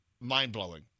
mind-blowing